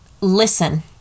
listen